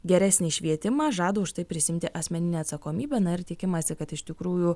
geresnį švietimą žada už tai prisiimti asmeninę atsakomybę na ir tikimasi kad iš tikrųjų